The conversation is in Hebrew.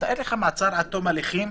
תאר לך, מעצר עד תום ההליכים,